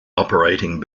operating